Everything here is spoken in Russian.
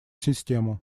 систему